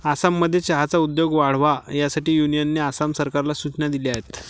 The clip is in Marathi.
आसाममध्ये चहाचा उद्योग वाढावा यासाठी युनियनने आसाम सरकारला सूचना दिल्या आहेत